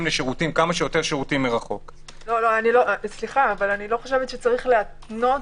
לכמה שיותר שירותים מרחוק- -- אני לא חושבת שצריך להתנות